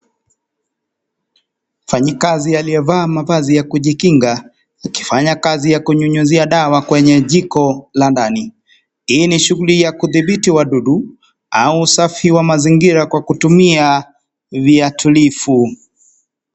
Mfanyikazi aliyevaa mavazi ya kujikinga akifanya kazi ya kunyunyizia dawa kwenye jiko la ndani. Hii ni shughuli ya kudhibiti wadudu au usafi wa mazingira kwa kutumia viatulifu